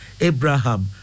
Abraham